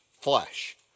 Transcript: flesh